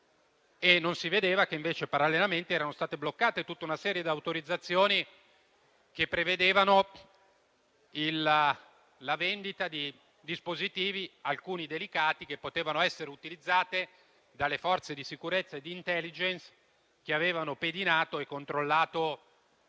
Non si vedeva che invece, parallelamente, erano state bloccate tutta una serie di autorizzazioni che prevedevano la vendita di dispositivi, alcuni delicati, che potevano essere utilizzati dalle forze di sicurezza e di *intelligence* che avevano pedinato e controllato Regeni.